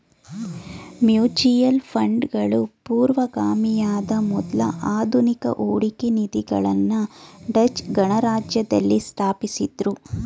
mutual ಫಂಡ್ಗಳು ಪೂರ್ವಗಾಮಿಯಾದ ಮೊದ್ಲ ಆಧುನಿಕ ಹೂಡಿಕೆ ನಿಧಿಗಳನ್ನ ಡಚ್ ಗಣರಾಜ್ಯದಲ್ಲಿ ಸ್ಥಾಪಿಸಿದ್ದ್ರು